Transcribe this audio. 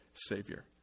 Savior